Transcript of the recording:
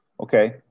okay